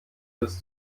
bis